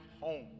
home